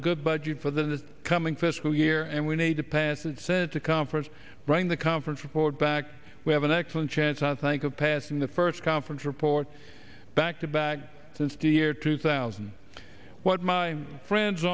a good budget for the coming fiscal year and we need to pass that said to conference bring the conference report back we have an excellent chance i think of passing the first conference report back to back since the year two thousand what my friends